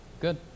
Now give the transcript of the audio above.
good